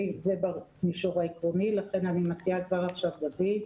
זה במישור העקרוני, לכן אני מציעה כבר עכשיו דויד,